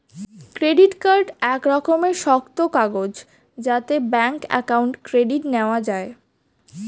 credit card এক রকমের শক্ত কাগজ যাতে ব্যাঙ্ক অ্যাকাউন্ট ক্রেডিট নেওয়া যায়